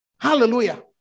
Hallelujah